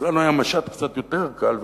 אז לנו היה משט קצת יותר קל,